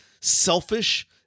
selfish